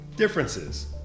differences